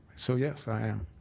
so yes, i am.